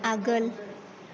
आगोल